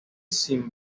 sin